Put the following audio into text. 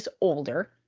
older